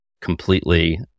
completely